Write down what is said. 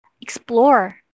Explore